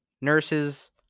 nurses